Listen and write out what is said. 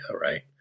Right